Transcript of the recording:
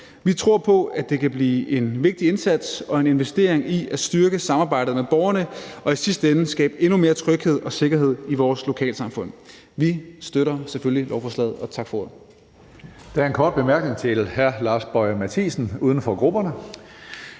Vi tror på, at det kan blive en vigtig indsats og en investering i at styrke samarbejdet med borgerne og i sidste ende skabe endnu mere tryghed og sikkerhed i vores lokalsamfund. Vi støtter selvfølgelig lovforslaget. Og tak for ordet.